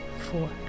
four